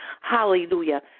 hallelujah